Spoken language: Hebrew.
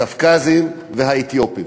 הקווקזים והאתיופים.